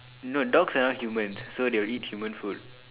no dogs are not human so they will eat human food